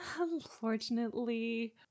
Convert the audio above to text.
unfortunately